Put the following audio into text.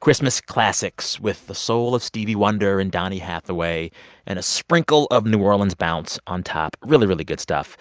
christmas classics with the soul of stevie wonder and donny hathaway and a sprinkle of new orleans bounce on top really, really good stuff.